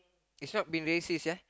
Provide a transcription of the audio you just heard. it's not being racist ya